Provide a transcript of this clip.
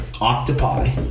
octopi